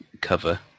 cover